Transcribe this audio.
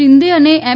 શિંદે અને એમ